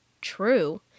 true